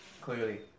Clearly